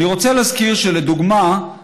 אני רוצה להזכיר שלדוגמה,